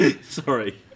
sorry